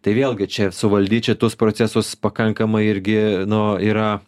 tai vėlgi čia suvaldyt šitus procesus pakankamai irgi nu yra